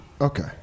Okay